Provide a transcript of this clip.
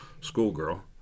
schoolgirl